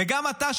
וגם אתה,